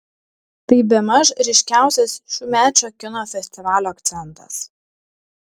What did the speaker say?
tai bemaž ryškiausias šiųmečio kino festivalio akcentas